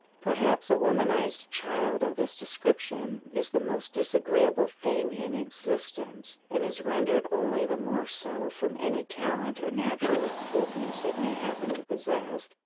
perhaps a womanized child of this description is the most disagreeable thing in existence, and is rendered only the more so, from any talent or natural acuteness it may happen to possess,